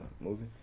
movie